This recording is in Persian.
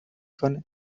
کنه